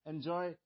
Enjoy